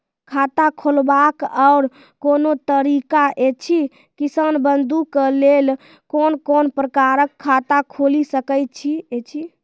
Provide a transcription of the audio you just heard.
खाता खोलवाक आर कूनू तरीका ऐछि, किसान बंधु के लेल कून कून प्रकारक खाता खूलि सकैत ऐछि?